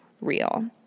real